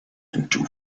into